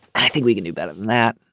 i think we can do better than that.